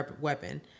weapon